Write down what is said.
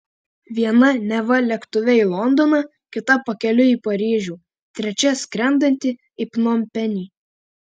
viena neva lėktuve į londoną kita pakeliui į paryžių trečia skrendantį į pnompenį